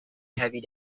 heavy